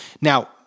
Now